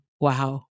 wow